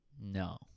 No